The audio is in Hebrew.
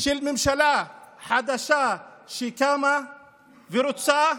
של ממשלה חדשה שקמה ורוצה,